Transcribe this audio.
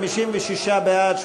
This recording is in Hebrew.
56 בעד,